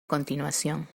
continuación